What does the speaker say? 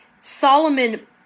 Solomon